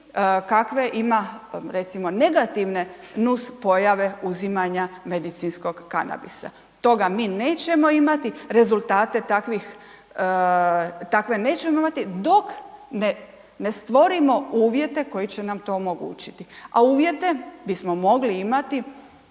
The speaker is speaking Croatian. kakve ima, recimo negativne nus pojave uzimanja medicinskog kanabisa, toga mi nećemo imati, rezultate takve nećemo imati dok ne stvorimo uvjete koji će nam to omogućiti, a uvjete bismo mogli imati